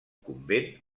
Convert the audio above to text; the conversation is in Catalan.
convent